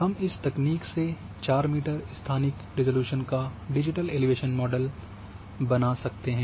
हम इस तकनीक से 4 मीटर स्थानिक रिज़ॉल्यूशन का डिजिटल एलिवेशन मॉडल बना सकते हैं